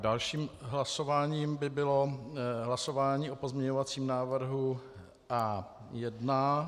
Dalším hlasováním by bylo hlasování o pozměňovacím návrhu A1.